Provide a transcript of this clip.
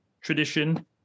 tradition